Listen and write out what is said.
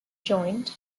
joined